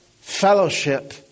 fellowship